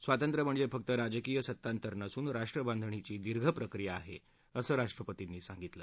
स्वातंत्र्य म्हणजे फक्त राजकीय सत्तांतर नसून राष्ट्रबांधणीची दीर्घ प्रक्रिया आहे असं राष्ट्रपतींनी सांगितलं